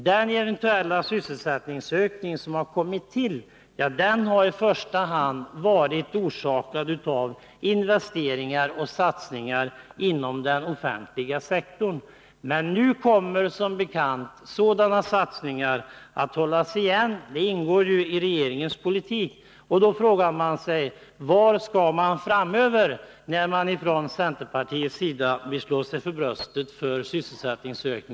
Den eventuella sysselsättningsökning som ägt rum har främst varit orsakad av investeringar och satsningar inom den offentliga sektorn — men nu kommer, som bekant, sådana satsningar att hållas nere. Det ingår i regeringens politik! Då kan frågan ställas: Vilka sysselsättningsökningar skall centerpartiet framöver kunna åberopa för att kunna slå sig för bröstet?